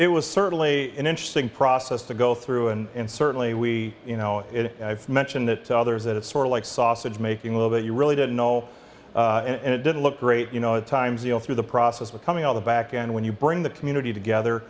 it was certainly an interesting process to go through and certainly we you know it and i've mentioned it to others that it's sort of like sausage making a little bit you really don't know and it didn't look great you know at times you know through the process of coming out the back and when you bring the community together